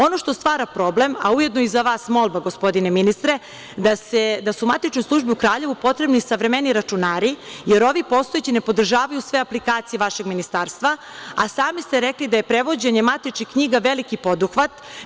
Ono što stvara problem, a ujedno i za vas molba, gospodine ministre, jeste da su matičnim službama u Kraljevu potrebniji savremeniji računari, jer ovi postojeći ne podržavaju sve aplikacije vašeg ministarstva, a sami ste rekli da je prevođenje matičnih knjiga veliki poduhvat.